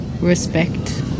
respect